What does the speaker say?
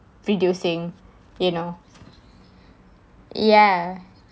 reducing you know ya